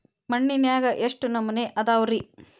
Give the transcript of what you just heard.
ಮಣ್ಣಿನಾಗ ಎಷ್ಟು ನಮೂನೆ ಅದಾವ ರಿ?